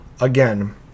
again